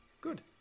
good